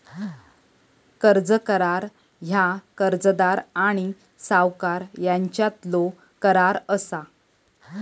कर्ज करार ह्या कर्जदार आणि सावकार यांच्यातलो करार असा